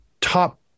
top